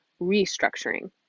restructuring